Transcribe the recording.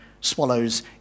swallows